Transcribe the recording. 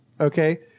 Okay